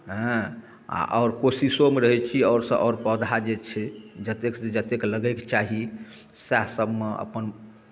हँ आ आओर कोशिशोमे रहै छी आओर सँ आओर पौधा जे छै जतेकसँ जतेक लगैके चाही सएह सभमे अपन